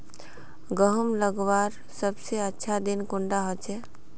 गहुम लगवार सबसे अच्छा दिन कुंडा होचे?